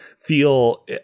feel